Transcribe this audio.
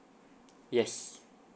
yes